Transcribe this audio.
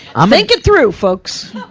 um think it through folks!